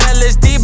lsd